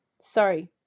sorry